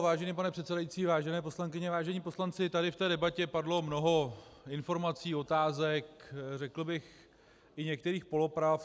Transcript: Vážený pane předsedající, vážené poslankyně, vážení poslanci, tady v té debatě padlo mnoho informací, otázek, řekl bych i některých polopravd.